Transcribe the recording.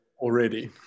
already